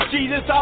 Jesus